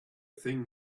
thing